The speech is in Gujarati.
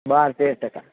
બાર તેર ટકા